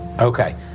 Okay